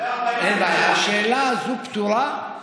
השאלה הזו פתורה.